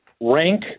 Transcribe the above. rank